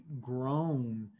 grown